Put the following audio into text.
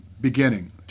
beginning